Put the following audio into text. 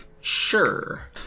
Sure